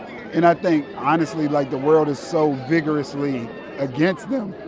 and i think honestly, like, the world is so vigorously against them,